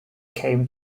came